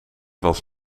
was